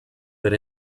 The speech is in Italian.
per